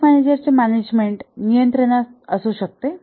project मॅनेजरचे management नियंत्रणात असू शकते